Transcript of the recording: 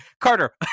Carter